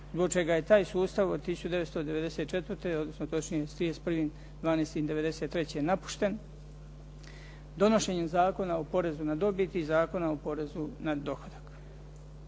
čega je taj sustav od 1994., odnosno točnije s 31.12.'93. napušten donošenjem Zakona o porezu na dobit i Zakona o porezu na dohodak.